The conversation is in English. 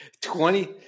Twenty